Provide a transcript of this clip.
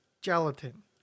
gelatin